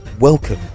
Welcome